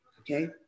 okay